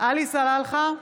עלי סלאלחה,